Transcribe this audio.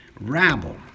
rabble